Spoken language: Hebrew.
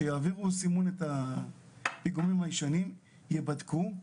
שיעבירו סימון על הפיגומים הישנים והם ייבדקו.